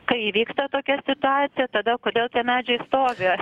kai įvyksta tokia situacija tada kodėl tie medžiai stovi